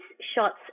shots